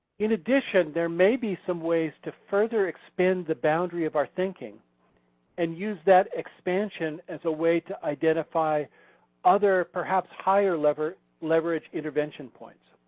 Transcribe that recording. in addition there may be some ways to further expend the boundary of our thinking and use that expansion as a way to identify other perhaps higher leverage leverage intervention points.